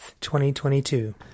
2022